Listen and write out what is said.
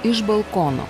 iš balkono